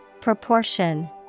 Proportion